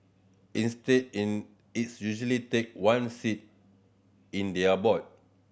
instead in its usually take one seat in their board